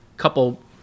Couple